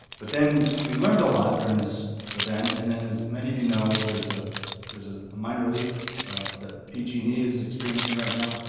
but then we learned a lot during this event and then as many of you know, there's ah there's ah a minor leak that pg and e is experiencing now,